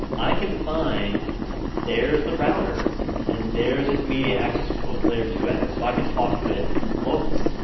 i can find there's the router and there's its media access control. it's layer two address, so i can talk to it locally.